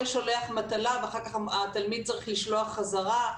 שולח מטלה ואחר כך התלמיד צריך לשלוח בחזרה,